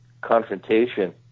confrontation